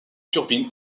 turbines